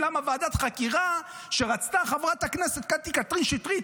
למה ועדת חקירה שרצתה חברת הכנסת קטי קטרין שטרית,